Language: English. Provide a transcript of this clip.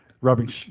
rubbing